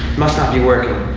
must not be working.